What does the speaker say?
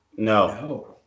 No